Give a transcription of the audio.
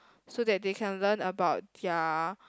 so that they can learn about their